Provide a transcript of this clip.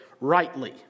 rightly